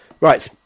right